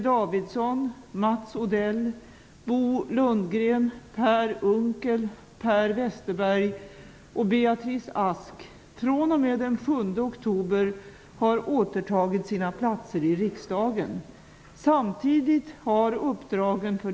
Det har nu gått två veckor sedan denna förklaring angavs och nu får vi motsatt besked från socialdemokraternas gruppledare i riksdagen, Sven Hulterström.